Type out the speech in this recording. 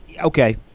Okay